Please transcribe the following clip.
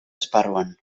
esparruan